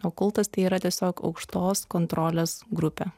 o kultas tai yra tiesiog aukštos kontrolės grupė